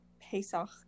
Pesach